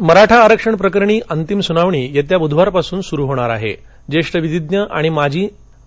मुकुल रोहतगी नियुक्ती मराठा आरक्षण प्रकरणी अंतिम सुनावणी येत्या बुधवार पासून सुरू होणार असून ज्येष्ठ विधिज्ञ आणि माजी